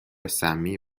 سمی